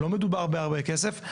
לא מדובר בהרבה כסף,